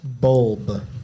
bulb